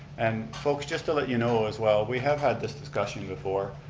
and, folks, just to let you know, as well, we have had this discussion before.